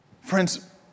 Friends